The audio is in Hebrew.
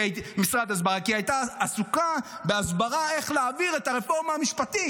כי היא הייתה עסוקה בהסברה איך להעביר את הרפורמה המשפטית.